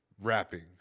rapping